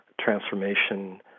transformation